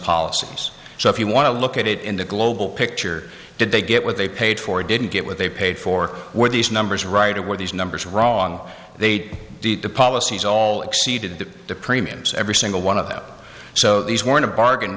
policies so if you want to look at it in the global picture did they get with the paid for didn't get what they paid for were these numbers right away these numbers wrong they did the policies all exceeded that the premiums every single one of them so these were to bargain